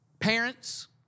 Parents